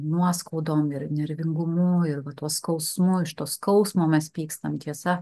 nuoskaudom ir nervingumu ir tuo skausmu iš to skausmo mes pykstam tiesa